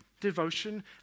devotion